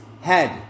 head